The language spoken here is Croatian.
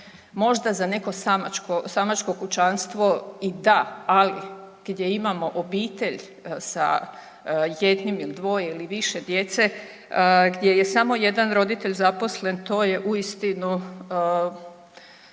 možda za neko samačko, samačko kućanstvo i da, ali gdje imamo obitelj sa jednim ili dvoje ili više djece, gdje je samo jedan roditelj zaposlen to je uistinu